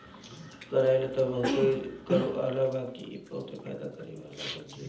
करइली तअ बहुते कड़ूआला बाकि इ बहुते फायदा करेवाला सब्जी हअ